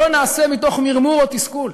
לא נעשה מתוך מרמור או תסכול.